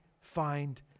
find